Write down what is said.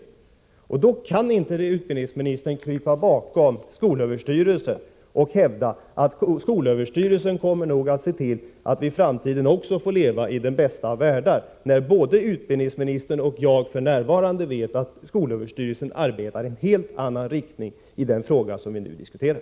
Och skall man göra det kan inte utbildningsministern krypa bakom skolöverstyrelsen och hävda, att skolöverstyrelsen nog kommer att se till att vi också i framtiden får leva i den bästa av världar — när både utbildningsministern och jag f.n. vet att skolöverstyrelsen arbetar i en helt annan riktning i den fråga som vi nu diskuterar.